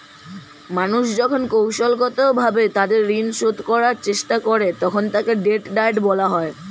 মানুষ যখন কৌশলগতভাবে তাদের ঋণ শোধ করার চেষ্টা করে, তখন তাকে ডেট ডায়েট বলে